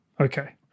okay